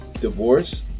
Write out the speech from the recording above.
divorce